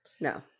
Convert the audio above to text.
no